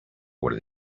what